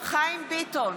חיים ביטון,